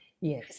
Yes